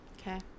okay